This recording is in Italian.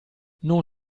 non